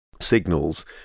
signals